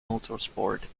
motorsport